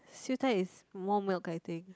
siew dai is more milk I think